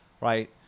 right